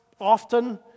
often